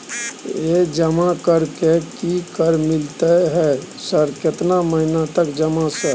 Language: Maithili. जमा कर के की कर मिलते है सर केतना महीना तक जमा सर?